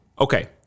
Okay